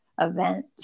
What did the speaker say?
event